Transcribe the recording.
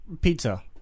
pizza